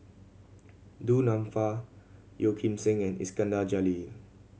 Du Nanfa Yeo Kim Seng and Iskandar Jalil